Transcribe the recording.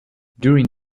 during